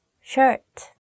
shirt